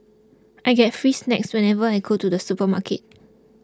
I get free snacks whenever I go to the supermarket